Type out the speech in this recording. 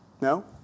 No